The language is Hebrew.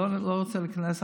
אני לא רוצה להיכנס.